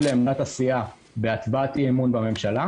לעמדת הסיעה בהצבעת אי אמון בממשלה.